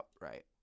right